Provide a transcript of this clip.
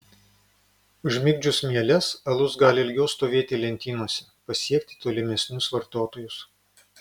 užmigdžius mieles alus gali ilgiau stovėti lentynose pasiekti tolimesnius vartotojus